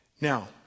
Now